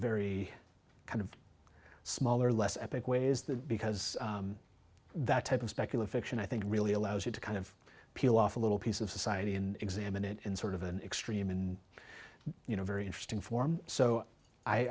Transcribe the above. very kind of smaller less epic way is that because that type of specular fiction i think really allows you to kind of peel off a little piece of society and examine it in sort of an extreme and you know very interesting form so